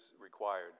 required